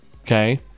okay